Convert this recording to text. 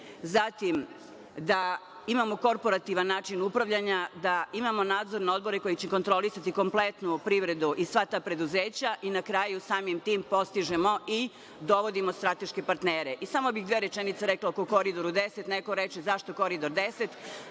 zatim da imamo korporativan način upravljanja, da imamo nadzorne odbore koji će kontrolisati kompletnu privredu i sva ta preduzeća i na kraju samim tim postižemo i dovodimo strateške partnere. Samo bih dve rečenice rekla o Koridoru 10. Neko reče – zašto Koridor 10?